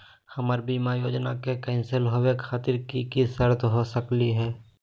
हमर बीमा योजना के कैन्सल होवे खातिर कि कि शर्त हो सकली हो?